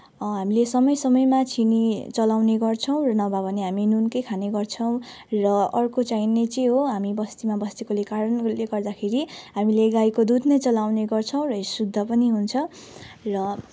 हामीले समय समयमा चिनी चलाउने गर्छौँ र नभए भने हामी नुनकै खाने गर्छौँ र अर्को चाहिने चाहिँ हो हामी बस्तीमा बसेकोले कारणले गर्दाखेरि हामीले गाईको दुध नै चलाउने गर्छौँ र यो शुद्ध पनि हुन्छ र